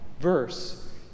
verse